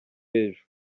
ejo